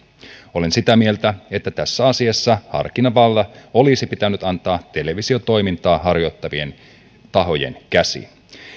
olen sitä mieltä että tässä asiassa harkintavalta olisi pitänyt antaa televisiotoimintaa harjoittavien tahojen käsiin